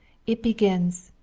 it begin